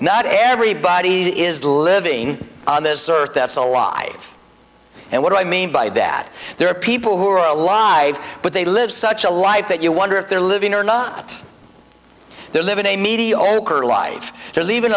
not everybody that is living on this earth that's alive and what i mean by that there are people who are alive but they live such a life that you wonder if they're living or not they're living a mediocre life t